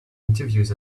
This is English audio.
interviews